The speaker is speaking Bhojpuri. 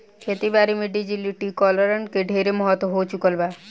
खेती बारी में डिजिटलीकरण के ढेरे महत्व हो चुकल बा